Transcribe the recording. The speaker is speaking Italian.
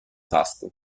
tasto